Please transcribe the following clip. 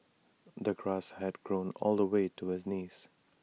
the grass had grown all the way to his knees